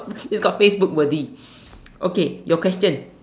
it's called Facebook worthy okay your question